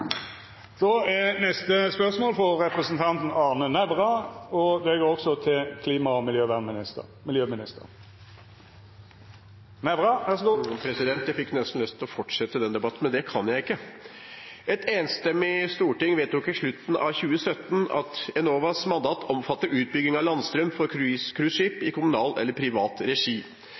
Jeg fikk nesten lyst til fortsette den forrige debatten, men det kan jeg ikke! «Et enstemmig storting vedtok i slutten av 2017 at Enovas mandat omfatter utbygging av landstrøm for cruiseskip i kommunal eller privat regi.